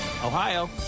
Ohio